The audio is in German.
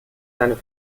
seine